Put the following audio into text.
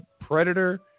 predator